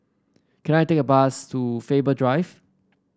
can I take a bus to Faber Drive